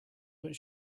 but